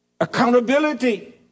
Accountability